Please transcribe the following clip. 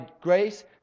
grace